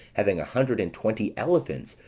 having a hundred and twenty elephants,